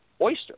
oyster